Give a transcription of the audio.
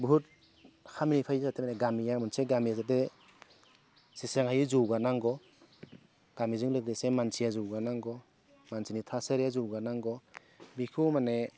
बहुत खामानि फैयो जाहाते माने गामिया मोनसे गामिया जाहाते जेसेबां हायो जौगानांगौ गामिजों लोगोसे मानसिया जौगानांगौ मानसिनि थासारिया जौगानांगौ बेखौ माने